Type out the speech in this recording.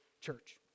church